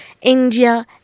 India